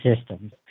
systems